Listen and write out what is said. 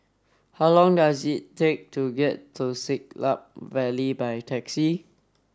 how long does it take to get to Siglap Valley by taxi